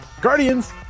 Guardians